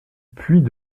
puits